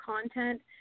content